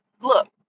Look